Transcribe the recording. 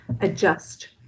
adjust